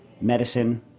Medicine